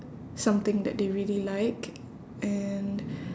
something that they really like and